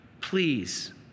please